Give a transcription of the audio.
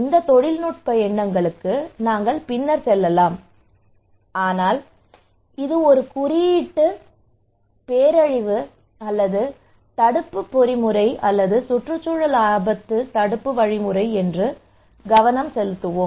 இந்த தொழில்நுட்ப எண்ணங்களுக்கு நாங்கள் பின்னர் செல்லலாம் ஆனால் இது ஒரு குறியீட்டு பேரழிவு அல்லது தடுப்பு பொறிமுறை அல்லது சுற்றுச்சூழல் ஆபத்து தடுப்பு வழிமுறை என்று கவனம் செலுத்துவோம்